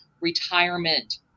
retirement